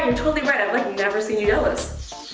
um totally right, i've like never seen you jealous.